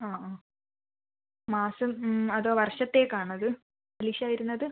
അ അ മാസം അതോ വർഷത്തേക്കാണോ ഇത് പലിശ വരുന്നത്